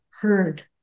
heard